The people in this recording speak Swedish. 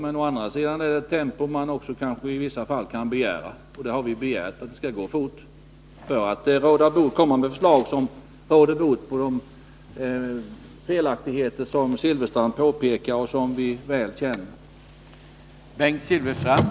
Å andra sidan är det ett tempo som man i vissa fall kan begära, och vi har begärt att det skall gå fort för att vi skall kunna råda bot på de felaktigheter som Bengt Silfverstrand påpekar och som vi väl känner till.